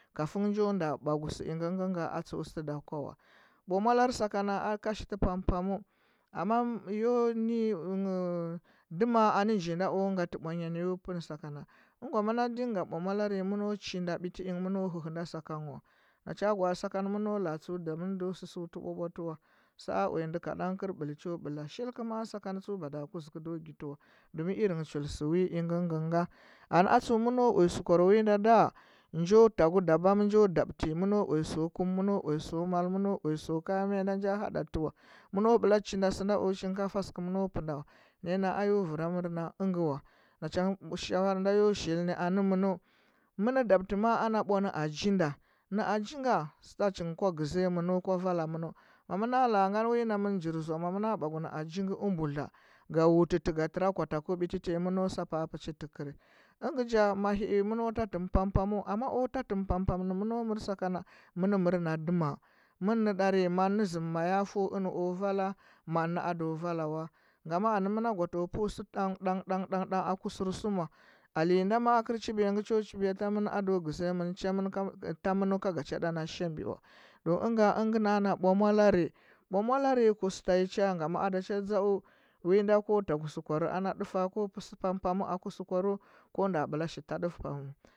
Kafing njo nda bwa gu sɚ ingɚ ngɚ a tsɚu sɚda kwa wa wa bwa molare sakana a kashi ti pam pam amma yo nɚ nyi dima anɚ ngi na o ngatɚ bwa nya nɚ yo peu saka na ɚn gwa mɚna ɗinga bwa molare abera ya mɚno chi na biti sakan wa na cha gwaati sakana tseu dȝa mɚn ndo susuti bwa bwa teu wa sɚ a uya ndu kaɗan kɚl ɓɚl cho ɓɚla shilkeu ma’a sakana mada kuzuke u ndo gyatɚ wa domin irin chul se nge nge nga ane atseu mɚ uya sɚu kwar inda ɗà njo tagu daban njo dabtɚ meno uya sɚ kum, mɚno uya sɚu mal mɚno uya sɚu kayan miyan da nja haɗatɚ wa mɚno ɓela chi na seu na o cinkafa sɚkeu mɚno pea wa naya naa ayo vɚra mu na a mgewa na cha nge shawara na yo shilnɚ anɚ mɚnɚu mana dabtɚ maa ana ɓwa na aji nda nɚ aji nga starch nge kwa gɚȝiya mɚnɚu kwa vala mɚnɚu mamɚna la a ngani wi namɚn njir zoa ma mɚna ɓwa gu nɚ aji u mbudi ga wutete ga tɚ ra a takɚu kɚ biti a nyi mɚno sa paa tɚkɚrɚ ɚn ja ma hɚi mɚno ta tɚm pam pam amma o ta tɚm ingɚ pam pam nɚ ma no mɚr sakan na mɚn mɚr na dɚma mɚn niɗeri man ni zɚm ma ya few kwa vala man nɚ ndo vala wa nga ma anɚ mɚna gwa foa feu sɚ ɗang ɗang ɗang aku sɚr suma ale nda ma kɚr chi biya ngɚ cho chibiya ta mɚn ado gɚziya mɚn chamɚn tamɚn ka ga cha ɗa na shabi wa to inge na a na ɓwa molare ɓwa kusta cha gama da cha dzau wi nda ko taku sukwar ana ɗufa ko pe sɚ pam pam aku sukwaru ko nda ɓela shi ta dufu pam wa